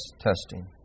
testing